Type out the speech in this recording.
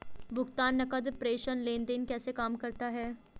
भुगतान नकद प्रेषण लेनदेन कैसे काम करता है?